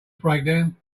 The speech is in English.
breakdown